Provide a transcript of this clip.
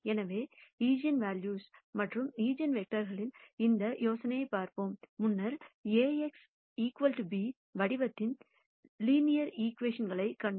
எனவே ஈஜென்வெல்யூஸ்ஸ் மற்றும் ஈஜென்வெக்டர்களின் இந்த யோசனையைப் பார்ப்போம் முன்னர் Axb வடிவத்தின் லீனியர் ஈகிவேஷன் களைக் கண்டோம்